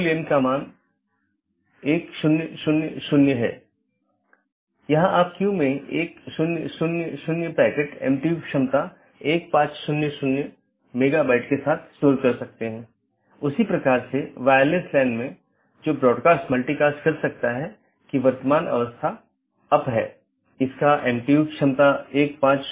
मुख्य रूप से दो BGP साथियों के बीच एक TCP सत्र स्थापित होने के बाद प्रत्येक राउटर पड़ोसी को एक open मेसेज भेजता है जोकि BGP कनेक्शन खोलता है और पुष्टि करता है जैसा कि हमने पहले उल्लेख किया था कि यह कनेक्शन स्थापित करता है